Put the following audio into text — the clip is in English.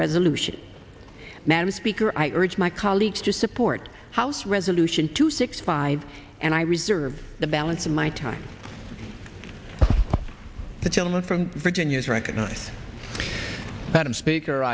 resolution madam speaker i urge my colleagues to support house resolution two six five and i reserve the balance of my time the gentleman from virginia to recognize that i'm speaker